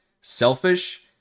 selfish